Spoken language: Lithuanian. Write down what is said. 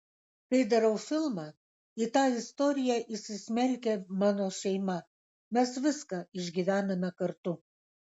kai darau filmą į tą istoriją įsismelkia mano šeima mes viską išgyvename kartu